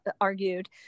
argued